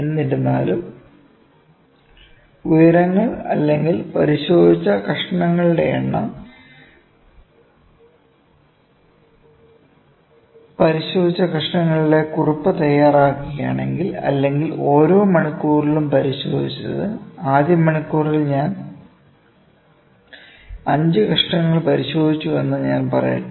എന്നിരുന്നാലും ഉയരങ്ങൾ അല്ലെങ്കിൽ പരിശോധിച്ച കഷണങ്ങളുടെ എണ്ണം പരിശോധിച്ച കഷണങ്ങളുടെ കുറിപ്പ് തയ്യാറാക്കുകയാണെങ്കിൽ അല്ലെങ്കിൽ ഓരോ മണിക്കൂറിലും പരിശോധിച്ചത് ആദ്യ മണിക്കൂറിൽ ഞാൻ 5 കഷണങ്ങൾ പരിശോധിച്ചുവെന്ന് ഞാൻ പറയട്ടെ